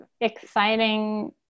exciting